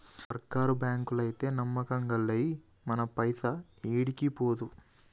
సర్కారు బాంకులైతే నమ్మకం గల్లయి, మన పైస ఏడికి పోదు